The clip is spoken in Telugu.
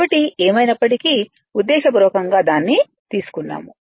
కాబట్టి ఏమైనప్పటికీ ఉద్దేశపూర్వకంగా దాన్ని తీసుకున్నాము